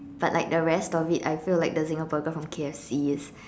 but like the rest of it I feel like the Zinger Burger from K_F_C is